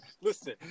listen